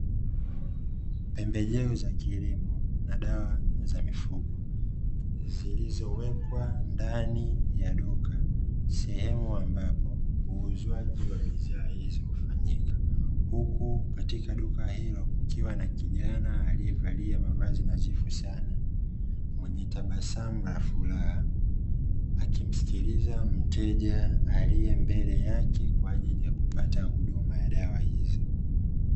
Pembejeo za kilimo na dawa za mifugo zilizowekwa ndani ya duka, sehemu ambapo huuzwaji wa bidhaa hizo hufanyika, Huku katika duka hilo kukiwa na kijana alievalia mavazi nadhifu sana, Mwenye tabasamu la furaha akimsikiliza mteja aliembele yake kwa ajili ya kupata huduma ya dawa hizo.